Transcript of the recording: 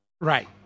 Right